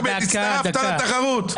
אחמד, הצטרפת לתחרות.